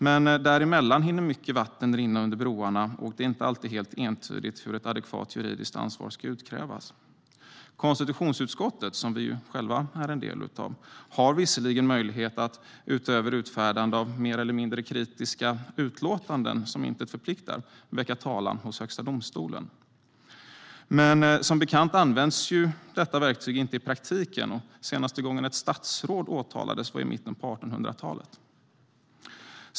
Men däremellan hinner mycket vatten rinna under broarna, och det är inte alltid helt entydigt hur ett adekvat juridiskt ansvar ska utkrävas. Konstitutionsutskottet, som vi själva är en del av, har visserligen möjlighet att utöver utfärdande av mer eller mindre kritiska utlåtanden som inte förpliktar väcka talan hos Högsta domstolen. Men som bekant används detta verktyg inte i praktiken, och senaste gången ett statsråd åtalades var i mitten av 1800-talet.